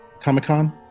comic-con